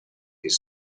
his